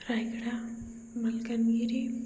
Rayagada Malkangiri